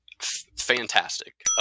Fantastic